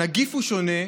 הנגיף הוא שונה,